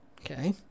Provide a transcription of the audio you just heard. Okay